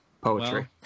poetry